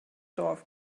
dorf